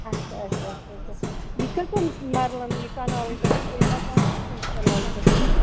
اَچھا اَچھا اَچھا اَچھا یہِ کٔژَن مَرلَن یہِ کَنالَن پٮ۪ٹھ چھُ تۄہہِ مکان کٔژَن کَنالَن پٮ۪ٹھ چھُو توتہِ